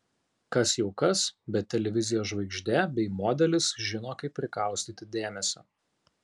kas jau kas bet televizijos žvaigždė bei modelis žino kaip prikaustyti dėmesį